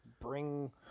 bring